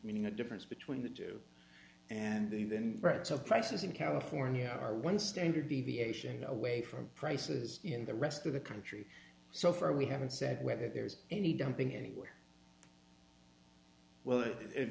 meaning a difference between the two and then right so prices in california are one standard deviation away from prices in the rest of the country so far we haven't said whether there is any dumping anywhere well if